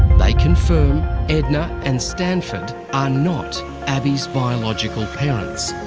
they confirm edna and stanford are not abii's biological parents.